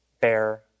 bear